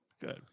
good